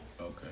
Okay